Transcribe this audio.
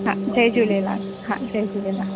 हा जय झूलेलाल हा जय झूलेलाल